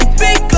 big